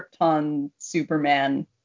Krypton-Superman